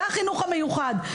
לחינוך המיוחד.